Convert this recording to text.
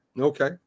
Okay